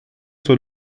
zur